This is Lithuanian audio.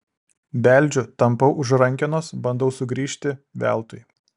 beldžiu tampau už rankenos bandau sugrįžti veltui